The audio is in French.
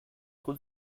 route